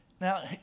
Now